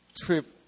trip